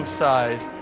size